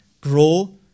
grow